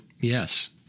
yes